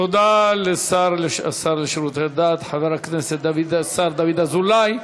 תודה לשר לשירותי דת השר דוד אזולאי.